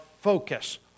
focus